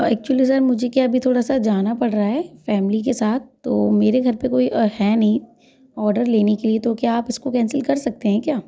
actually sir मुझे क्या है अभी थोड़ा सा जाना पड़ रहा है फैमिली के साथ तो मेरे घर पर कोई अ है नहीं ऑर्डर लेने के लिए तो क्या आप इसको कैंसिल कर सकते हैं क्या